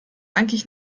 eigentlich